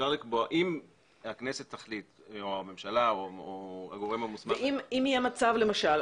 אם הממשלה או הכנסת או הגורם המוחלט יחליט.